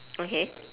okay